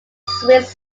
swiss